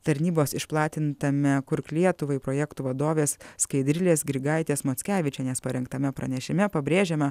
tarnybos išplatintame kurk lietuvai projektų vadovės skaidrilės grigaitės mockevičienės parengtame pranešime pabrėžiama